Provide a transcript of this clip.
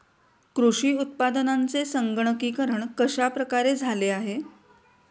कृषी उत्पादनांचे संगणकीकरण कश्या प्रकारे झाले आहे?